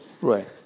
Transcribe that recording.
right